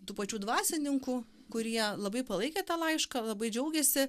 tų pačių dvasininkų kurie labai palaikė tą laišką labai džiaugėsi